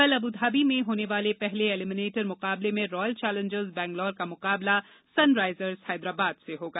कल अबुधाबी में होने वाले पहले एलिमिनेटर मुकाबले में रॉयल चैलेंजर्स बंगलोर का मुकाबला सनराइजर्स हैदराबाद से होगा